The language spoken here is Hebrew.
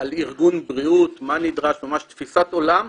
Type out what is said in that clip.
על ארגון בריאות, מה נדרש, ממש תפיסת עולם.